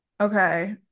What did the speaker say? okay